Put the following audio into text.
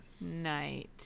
Night